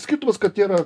skirtumas kad yra